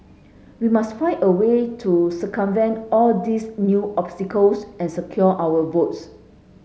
we must find a way to circumvent all these new obstacles and secure our votes